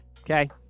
Okay